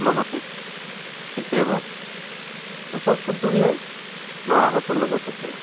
লগতে কেতিয়াবা ওচৰ চুবুৰীয়াৰ ল'ৰাহঁতৰ লগতো খেলোঁ